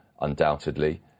undoubtedly